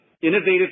innovative